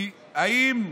כי האם,